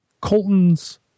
Colton's